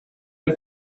del